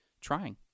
trying